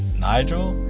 nygel.